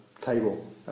table